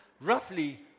roughly